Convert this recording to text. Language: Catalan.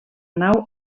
nau